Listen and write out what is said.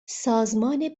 سازمان